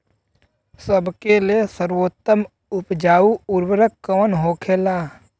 सबका ले सर्वोत्तम उपजाऊ उर्वरक कवन होखेला?